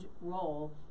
role